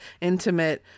intimate